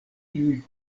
tiuj